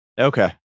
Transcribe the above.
Okay